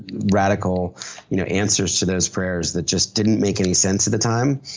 radical you know answers to those prayers that just didn't make any sense at the time.